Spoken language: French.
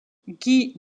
guy